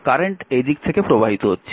current এই দিক থেকে প্রবাহিত হচ্ছে